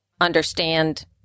understand